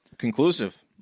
Conclusive